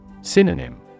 Synonym